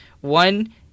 One